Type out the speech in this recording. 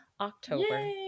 October